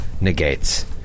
negates